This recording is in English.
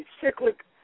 cyclic